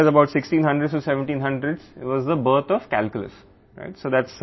కాబట్టి రాబోయే 100 సంవత్సరాలలో సుమారు 1600 లేదా 1700 లలో ఇది క్యాల్కులస్ యొక్క పుట్టుక